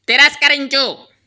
తిరస్కరించు